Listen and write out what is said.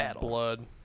Blood